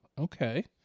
Okay